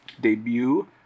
debut